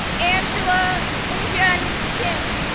angela eunkyung kim,